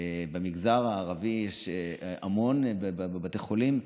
במגזר הערבי יש המון בבתי החולים.